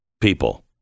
people